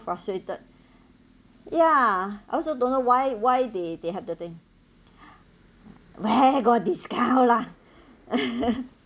frustrated ya I also don't know why why they they have the thing where got discount lah